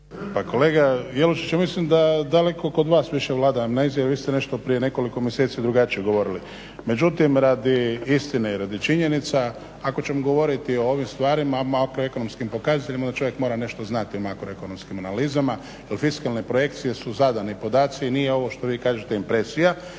Pa kolega Jelušić, ja mislim da daleko kod vas više vlada amnezija. Vi ste nešto prije nekoliko mjeseci drugačije govorili. Međutim, radi istine i radi činjenica. Ako ćemo govoriti o ovim stvarima, makroekonomskim pokazateljima onda čovjek nešto mora znati o makroekonomskim analizama, jer fiskalne projekcije su zadani podaci i nije ovo što vi kažete impresija.